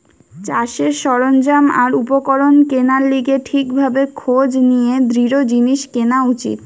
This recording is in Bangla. চাষের সরঞ্জাম আর উপকরণ কেনার লিগে ঠিক ভাবে খোঁজ নিয়ে দৃঢ় জিনিস কেনা উচিত